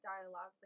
dialogue